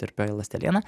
tirpioji ląsteliena